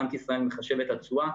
בנק ישראל מחשב את התשואה.